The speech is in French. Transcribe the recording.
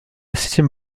septième